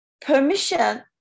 permission